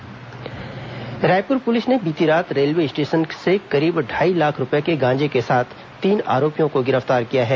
गांजा बरामद रायपुर पुलिस ने बीती रात रेलवे स्टेशन से करीब ढाई लाख रुपए के गांजे के साथ तीन आरोपियों को गिरफ्तार किया है